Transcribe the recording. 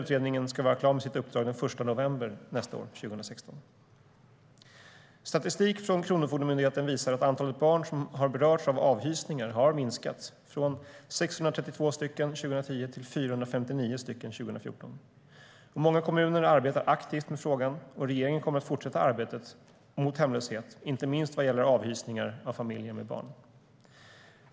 Utredningen ska vara klar med sitt uppdrag den 1 november 2016.Statistik från Kronofogdemyndigheten visar att antalet barn som har berörts av avhysningar har minskat, från 632 stycken 2010 till 459 stycken 2014. Många kommuner arbetar aktivt med frågan, och regeringen kommer att fortsätta arbetet mot hemlöshet, inte minst vad gäller avhysningar av familjer med barn.